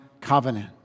covenant